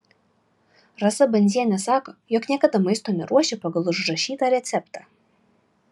rasa bandzienė sako jog niekada maisto neruošia pagal užrašytą receptą